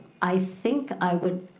i think i would